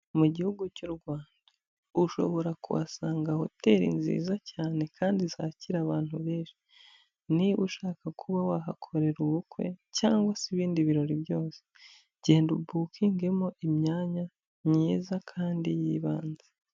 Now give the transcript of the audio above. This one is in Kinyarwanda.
Mu gihugu cy'u Rwanda ushobora kuhasanga hoteli nziza cyane kandi zakira abantu benshi. Niba ushaka kuba wahakorera ubukwe cyangwa se ibindi birori byose, genda ubukingemo imyanya myiza kandi y'ibanze.